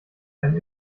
ein